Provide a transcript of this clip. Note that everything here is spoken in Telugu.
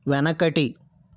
వెనకటి